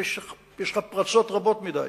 יש לך פרצות רבות מדי